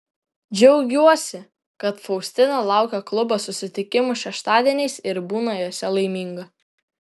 džiaugiuosi kad faustina laukia klubo susitikimų šeštadieniais ir būna juose laiminga